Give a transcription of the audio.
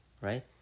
right